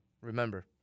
Remember